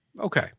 Okay